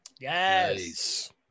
Yes